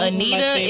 Anita